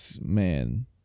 Man